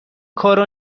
کارو